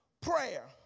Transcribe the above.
prayer